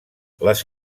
les